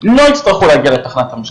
לא יצטרכו להגיע לתחנת המשטרה,